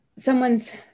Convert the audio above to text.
someone's